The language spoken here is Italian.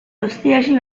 austriaci